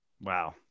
Wow